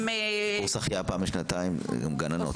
קורס החייאה פעם בשנתיים זה גם גננות.